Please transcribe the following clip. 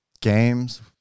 games